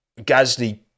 Gasly